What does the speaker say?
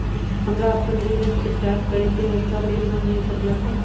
हमरा अपन business start करे के है ओकरा लेल लोन मिल सकलक ह?